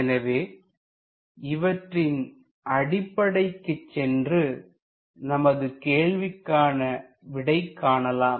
எனவே இவற்றின் அடிப்படைக்கு சென்று நமது கேள்விகளுக்கு விடை காணலாம்